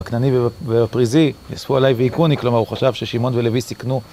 הכנעני והפריזי יספו עליי ויכוני, כלומר הוא חשב ששמעון ולוי סיכנו